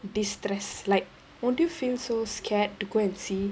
distress like won't you feel so scared to go and see